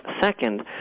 second